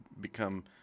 become